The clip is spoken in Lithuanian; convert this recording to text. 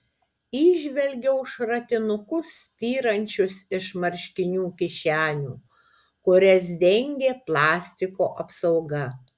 įžvelgiau šratinukus styrančius iš marškinių kišenių kurias dengė plastiko apsauga